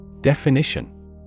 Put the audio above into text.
Definition